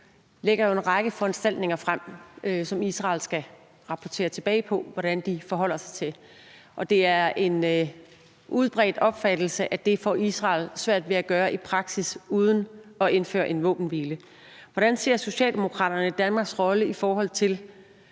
lægger jo en række foranstaltningerfrem, som Israel skal rapportere tilbage på hvordan de forholder sig til. Det er en udbredt opfattelse, at det får Israel svært ved at gøre i praksis uden at indføre en våbenhvile. Hvordan ser Socialdemokraterne Danmarks rolle i forhold til